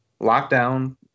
lockdown